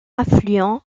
affluent